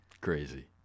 Crazy